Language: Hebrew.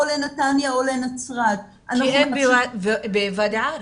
לנתניה או לנצרת --- כי אין בוואדי ערה.